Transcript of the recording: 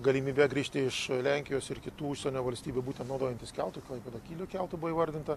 galimybe grįžti iš lenkijos ir kitų užsienio valstybių būtent naudojantis keltu klaipėda kylio keltu įvardinta